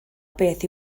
beth